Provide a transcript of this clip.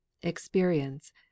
Experience